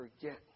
forget